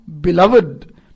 beloved